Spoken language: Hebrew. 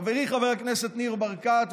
חברי חבר הכנסת ניר ברקת,